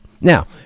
Now